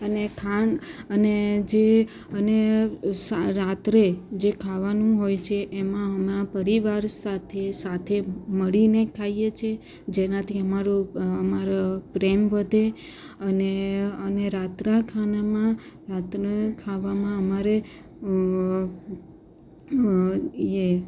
અને ખાંડ અને જે અને રાત્રે જે ખાવાનું હોય છે એમાં અમારા પરિવાર સાથે સાથે મળીને ખાઈએ છીએ જેનાથી અમારો અમારો પ્રેમ વધે અને અને રાત્રા ખાનામાં રાતના ખાવામાં અમારે